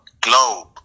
globe